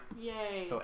yay